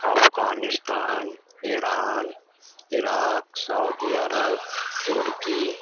Afghanistan Iran Iraq Saudi Arab turkey